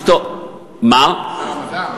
ושר המדע.